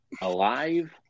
alive